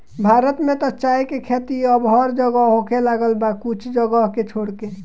भारत में त चाय के खेती अब हर जगह होखे लागल बा कुछ जगह के छोड़ के